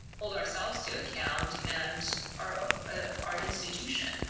hold ourselves to account, and our um ah our institution.